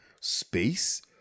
space